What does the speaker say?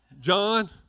John